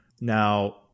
Now